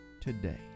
today